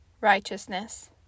righteousness